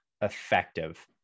effective